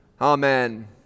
Amen